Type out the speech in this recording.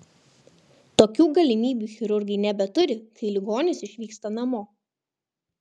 tokių galimybių chirurgai nebeturi kai ligonis išvyksta namo